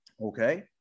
Okay